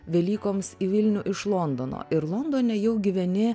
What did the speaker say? velykoms į vilnių iš londono ir londone jau gyveni